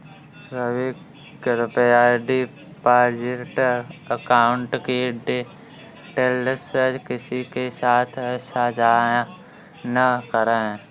रवि, कृप्या deposit account की details किसी के साथ सांझा न करें